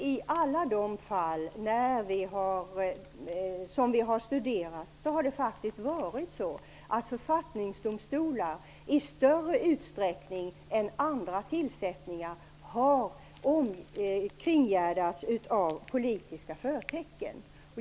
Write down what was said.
I alla de fall som vi har studerat har tillsättningar i författningsdomstolar i större utsträckning än andra tillsättningar kringgärdats av politiska förtecken.